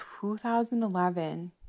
2011